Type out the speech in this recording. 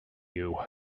you